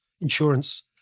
insurance